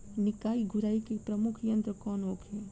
निकाई गुराई के प्रमुख यंत्र कौन होखे?